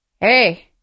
hey